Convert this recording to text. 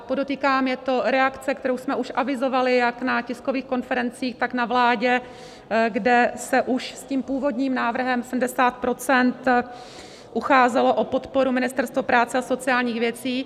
A podotýkám, je to reakce, kterou jsme už avizovali jak na tiskových konferencích, tak na vládě, kde se už s tím původním návrhem 70 % ucházelo o podporu Ministerstvo práce a sociálních věcí.